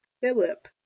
Philip